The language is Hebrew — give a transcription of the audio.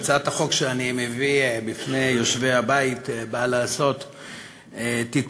הצעת החוק שאני מביא בפני יושבי הבית באה לעשות תיקון,